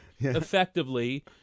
effectively